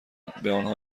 آنها